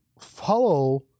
follow